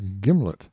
gimlet